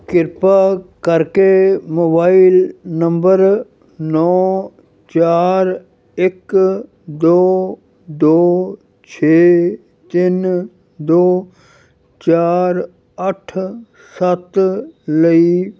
ਕਿਰਪਾ ਕਰਕੇ mobile number ਨੌਂ ਚਾਰ ਇੱਕ ਦੋ ਦੋੋ ਛੇ ਤਿੰਨ ਦੋੋ ਚਾਰ ਅੱਠ ਸੱਤ ਲਈ